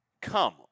Come